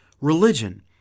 religion